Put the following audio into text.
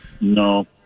No